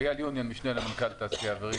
אני אייל יוניאן, משנה למנכ"ל התעשייה האווירית.